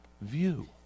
view